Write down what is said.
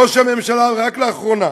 ראש הממשלה רק לאחרונה